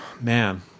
man